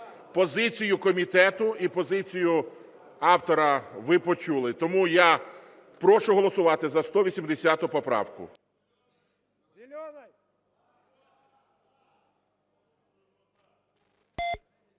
Позицію комітету і позицію автора ви почули. Тому я прошу голосувати за 180 поправку.